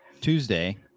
Tuesday